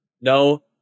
No